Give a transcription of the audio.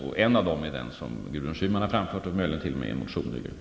En av synpunkterna är det förslag som Gudrun Schyman har framfört, möjligen t.o.m. i en motion.